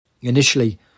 Initially